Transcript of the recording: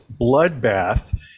Bloodbath